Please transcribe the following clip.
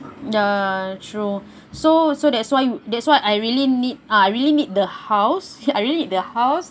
ya true so so that's why that's why I really need uh I really need the house I really need the house